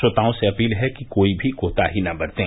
श्रोताओं से अपील है कि कोई भी कोताही न बरतें